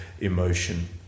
emotion